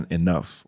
enough